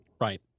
Right